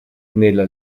nella